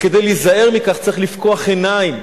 וכדי להיזהר מכך צריך לפקוח עיניים,